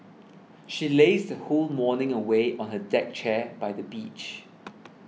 she lazed her whole morning away on her deck chair by the beach